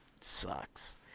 sucks